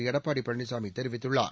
எடப்பாடி பழனிசாமி தெரிவித்துள்ளார்